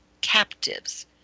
captives